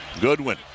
Goodwin